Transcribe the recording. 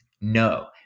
No